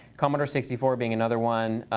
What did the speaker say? commodore sixty four being another one.